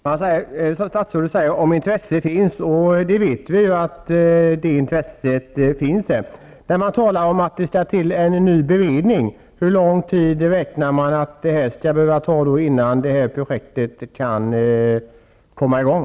Herr talman! Statsrådet säger: ''Om intresset finns --.'' Vi vet ju att det finns. Sedan talar statsrådet om att det krävs en ny beredning. Hur lång tid räknar man med att det skall behövas innan projektet kan komma i gång?